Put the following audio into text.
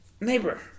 Neighbor